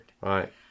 Right